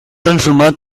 transformar